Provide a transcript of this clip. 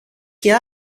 και